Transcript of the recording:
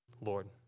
Lord